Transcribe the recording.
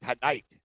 tonight